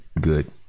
good